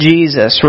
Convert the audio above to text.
Jesus